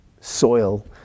soil